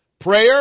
Prayer